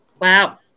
Wow